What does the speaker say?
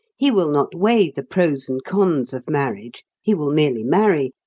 he will not weigh the pros and cons of marriage he will merely marry,